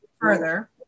further